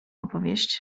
opowieść